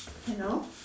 hello